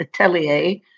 Atelier